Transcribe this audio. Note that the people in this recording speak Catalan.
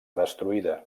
destruïda